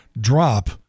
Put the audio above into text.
drop